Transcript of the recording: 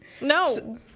No